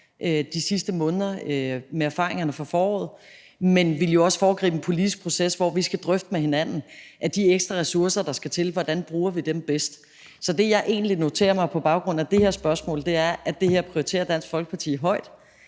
de sidste måneder med erfaringerne fra foråret, men jeg ville jo også foregribe en politisk proces, hvor vi skal drøfte med hinanden, hvordan vi bruger de ekstra ressourcer, der skal til, bedst. Så det, jeg egentlig noterer mig på baggrund af det her spørgsmål, er, at det her prioriterer Dansk Folkeparti højt.